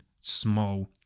small